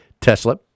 Tesla